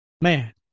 Man